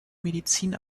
medizin